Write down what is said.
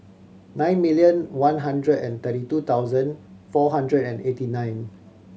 nine million one hundred and thirty two thousand four hundred and eighty nine